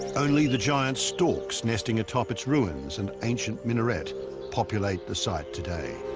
only the giant stalks nesting atop its ruins and ancient minaret populate the site today.